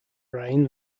reign